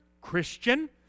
Christian